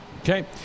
Okay